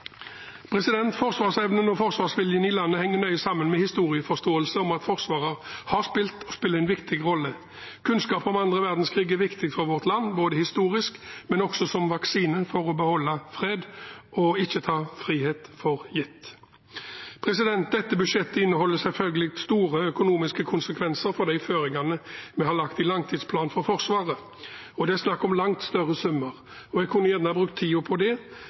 Forsvarsevnen og forsvarsviljen i landet henger nøye sammen med historieforståelse om at Forsvaret har spilt og spiller en viktig rolle. Kunnskap om annen verdenskrig er viktig for vårt land både historisk og som vaksine for å beholde fred og ikke ta frihet for gitt. Dette budsjettet inneholder selvfølgelig store økonomiske konsekvenser for de føringene vi har lagt i langtidsplanen for Forsvaret, og det er snakk om langt større summer. Jeg kunne gjerne brukt tiden på det,